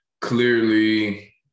clearly